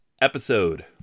episode